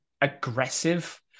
aggressive